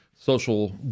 social